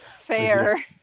Fair